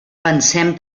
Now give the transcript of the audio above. pensem